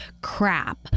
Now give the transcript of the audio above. Crap